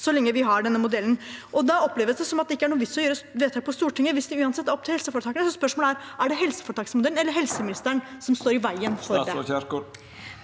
så lenge vi har denne modellen. Det oppleves som om det ikke er noen vits i å gjøre vedtak på Stortinget hvis det uansett er opp til helseforetakene. Så spørsmålet er: Er det helseforetaksmodellen eller helseministeren som står i veien for det?